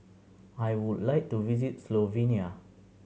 I would like to visit Slovenia